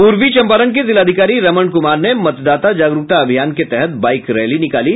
पूर्वी चंपारण के जिलाधिकारी रमन कुमार ने मतदाता जागरूकता अभियान के तहत बाइक रैली निकाली